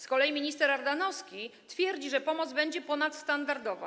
Z kolei minister Ardanowski twierdzi, że pomoc będzie ponadstandardowa.